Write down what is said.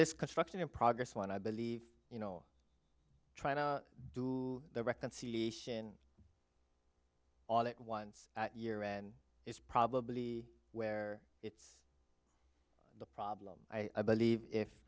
this construction of progress when i believe you know trying to do the reconciliation audit once a year and it's probably where it's a problem i believe if